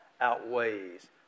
outweighs